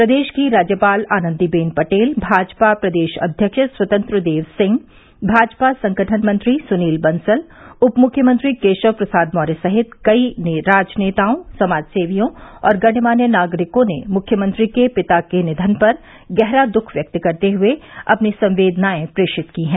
प्रदेश की राज्यपाल आनन्दीबेन पटेल भाजपा प्रदेश अध्यक्ष स्वतंत्रदेव सिंह भाजपा संगठन मंत्री सुनील बंसल उप मुख्यमंत्री केशव प्रसाद मौर्य सहित कई राजनेताओं समाजसेवियों और गणमान्य नागरिकों ने मुख्यमंत्री के पिता के निधन पर गहरा दुख व्यक्त करते हुए अपनी संवेदनाएं प्रेषित की हैं